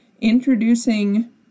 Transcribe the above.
introducing